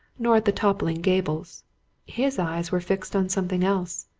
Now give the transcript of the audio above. nor at the toppling gables his eyes were fixed on something else,